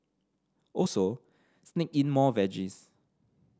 also sneak in more veggies